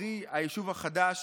קרי היישוב החדש